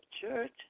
church